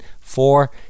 Four